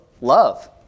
love